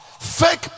Fake